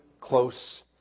close